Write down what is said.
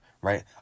right